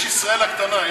יש ישראל הקטנה,